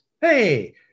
hey